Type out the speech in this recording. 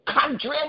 country